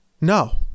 No